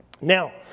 Now